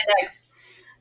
next